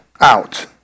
out